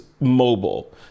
mobile